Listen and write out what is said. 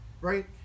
Right